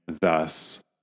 thus